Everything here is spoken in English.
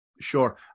Sure